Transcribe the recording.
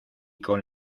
con